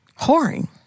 Whoring